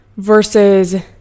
versus